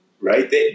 right